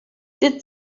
did